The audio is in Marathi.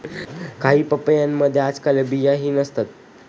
काही पपयांमध्ये आजकाल बियाही नसतात